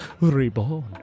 reborn